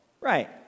Right